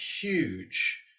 huge